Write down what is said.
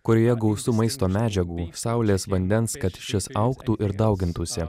kurioje gausu maisto medžiagų saulės vandens kad šis augtų ir daugintųsi